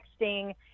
texting